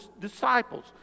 disciples